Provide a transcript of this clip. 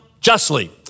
justly